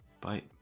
Bye